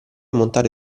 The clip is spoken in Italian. montare